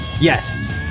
Yes